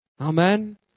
Amen